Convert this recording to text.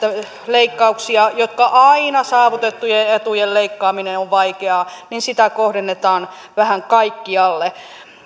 leikkauksia aina saavutettujen etujen leikkaaminen on vaikeaa kohdennetaan vähän kaikkialle